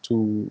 to